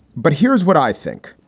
but here's what i think.